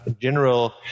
general